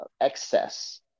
excess